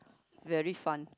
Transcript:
very fun